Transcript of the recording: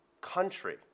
country